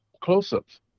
close-ups